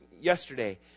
yesterday